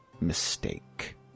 ...mistake